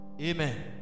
Amen